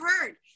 heard